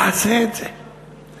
תעשה את זה.